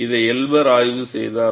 இதை எல்பர் ஆய்வு செய்தார்